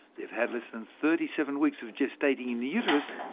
they've had less than thirty seven weeks of gestating in the uterus,